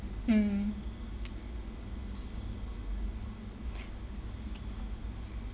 mm